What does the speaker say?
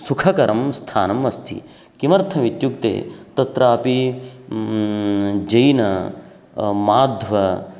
सुखकरं स्थानम् अस्ति किमर्थम् इत्युक्ते तत्रापि जैन माध्वाः